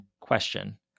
question